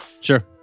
Sure